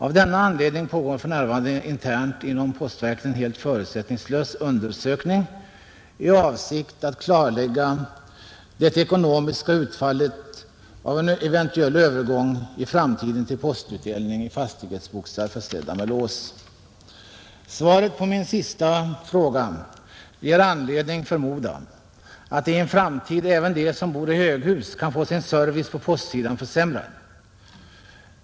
Av denna anledning pågår för närvarande internt inom postverket en helt förutsättningslös undersökning i avsikt att klarlägga det ekonomiska utfallet av en eventuell övergång i framtiden till postutdelning i fastighetsboxar försedda med lås.” Svaret på min sista fråga ger anledning förmoda att i en framtid även de som bor i höghus kan få sin service på postsidan försämrad.